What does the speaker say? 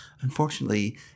unfortunately